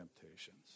temptations